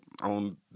on